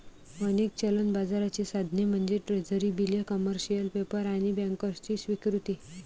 अनेक चलन बाजाराची साधने म्हणजे ट्रेझरी बिले, कमर्शियल पेपर आणि बँकर्सची स्वीकृती